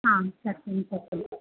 आं सत्यं सत्यम्